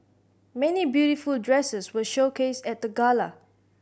many beautiful dresses were showcased at the gala